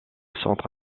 centre